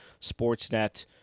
sportsnet